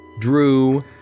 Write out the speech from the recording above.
Drew